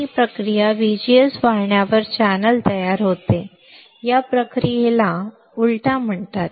ही प्रक्रिया जेव्हा VGS वाढवण्यावर चॅनेल तयार होते या प्रक्रियेला या प्रक्रियेला उलटा म्हणतात